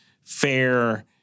fair